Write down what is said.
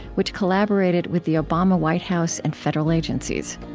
which collaborated with the obama white house and federal agencies